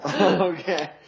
Okay